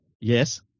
Yes